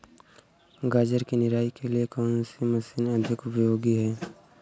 गाजर की निराई के लिए कौन सी मशीन अधिक उपयोगी है?